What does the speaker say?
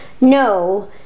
No